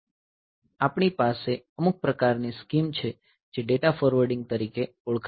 આપણી પાસે અમુક પ્રકારની સ્કીમ છે જે ડેટા ફોરવર્ડિંગ તરીકે ઓળખાય છે